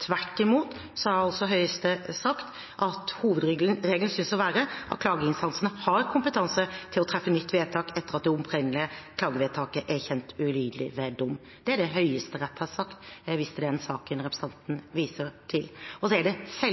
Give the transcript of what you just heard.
Tvert imot har Høyesterett sagt at hovedregelen synes å være at klageinstansene har kompetanse til å treffe nytt vedtak etter at det opprinnelige klagevedtaket er kjent ugyldig ved dom. Det er det Høyesterett har sagt, hvis det er den saken representanten viser til. Så er det